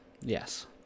Yes